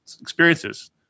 experiences